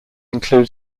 include